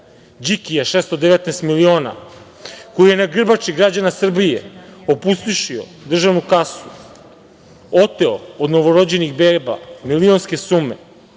Đikija 619 miliona, koji je na grbači građana Srbije opustošio državnu kasu, oteo od novorođenih beba milionske sume,